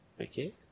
Okay